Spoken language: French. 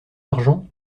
argent